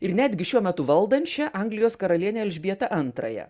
ir netgi šiuo metu valdančią anglijos karalienę elžbietą antrąją